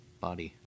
body